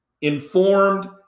informed